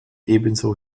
ebenso